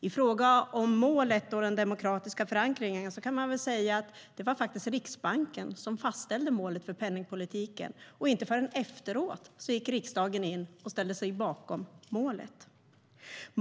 I fråga om målet och den demokratiska förankringen var det faktiskt Riksbanken som fastställde målet för penningpolitiken. Inte förrän efteråt gick riksdagen in och ställde sig bakom målet.